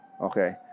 Okay